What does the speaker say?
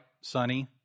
sunny